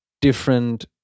different